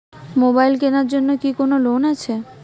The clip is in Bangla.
মোবাইল কেনার জন্য কি কোন লোন আছে?